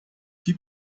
que